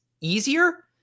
easier